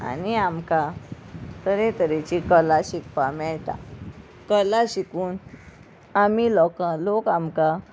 आनी आमकां तरेतरेची कला शिकपाक मेळटा कला शिकून आमी लोकां लोक आमकां